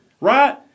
right